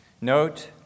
Note